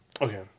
Okay